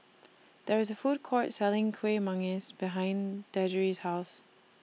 There IS A Food Court Selling Kuih Manggis behind Deirdre's House